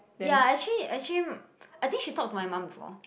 ya actually actually I think she talk to my mom before